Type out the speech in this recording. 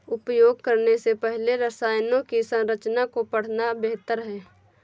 उपयोग करने से पहले रसायनों की संरचना को पढ़ना बेहतर है